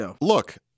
look